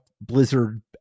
Blizzard